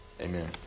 Amen